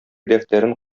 дәфтәрен